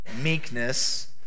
meekness